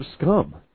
scum